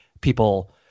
people